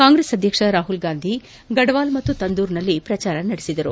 ಕಾಂಗ್ರೆಸ್ ಅಧ್ಯಕ್ಷ ರಾಹುಲ್ ಗಾಂಧಿ ಗಡ್ಸಾಲ್ ಮತ್ತು ತಾಂದೂರ್ನಲ್ಲಿ ಪ್ರಚಾರ ನಡೆಸಿದರು